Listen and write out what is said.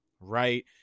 right